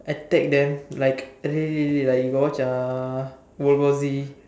I tag them like really really really like you got watch uh world war Z